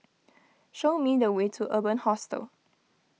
show me the way to Urban Hostel